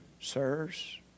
sirs